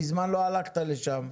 מזמן לא הלכת לשם.